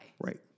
Right